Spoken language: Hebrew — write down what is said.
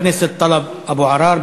2269, של חבר הכנסת טלב אבו עראר.